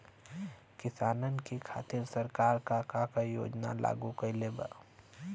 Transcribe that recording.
किसानन के खातिर सरकार का का योजना लागू कईले बा?